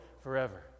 forever